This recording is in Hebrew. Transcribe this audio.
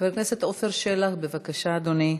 חבר הכנסת עפר שלח, בבקשה, אדוני,